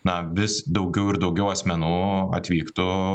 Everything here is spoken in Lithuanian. na vis daugiau ir daugiau asmenų atvyktų